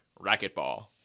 racquetball